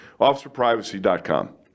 OfficerPrivacy.com